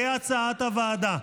כהצעת הוועדה.